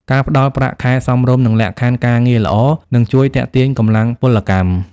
ការផ្តល់ប្រាក់ខែសមរម្យនិងលក្ខខណ្ឌការងារល្អនឹងជួយទាក់ទាញកម្លាំងពលកម្ម។